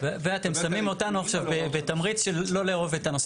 ואתם שמים אותנו עכשיו בתמריץ של לא לאהוב את הנושא